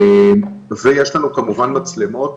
ויש לנו כמובן מצלמות